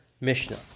Mishnah